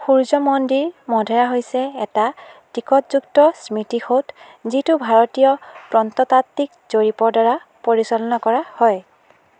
সূৰ্য্য মন্দিৰ মধেৰা হৈছে এটা টিকটযুক্ত স্মৃতিসৌধ যিটো ভাৰতীয় প্ৰত্নতাত্ত্বিক জৰীপৰ দ্বাৰা পৰিচালনা কৰা হয়